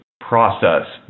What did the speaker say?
process